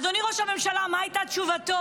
אדוני ראש הממשלה, מה הייתה תשובתו?